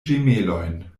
ĝemelojn